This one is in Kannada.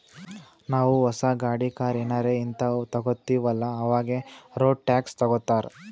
ನಾವೂ ಹೊಸ ಗಾಡಿ, ಕಾರ್ ಏನಾರೇ ಹಿಂತಾವ್ ತಗೊತ್ತಿವ್ ಅಲ್ಲಾ ಅವಾಗೆ ರೋಡ್ ಟ್ಯಾಕ್ಸ್ ತಗೋತ್ತಾರ್